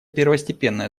первостепенной